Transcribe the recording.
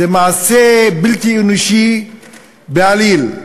זה מעשה בלתי אנושי בעליל.